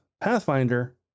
Pathfinder